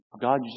God